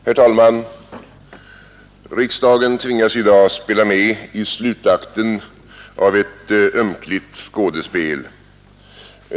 Herr talman! Riksdagen tvingas i dag spela med i slutakten av ett ömkligt skådespel.